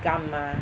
干嘛